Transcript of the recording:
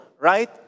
right